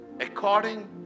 According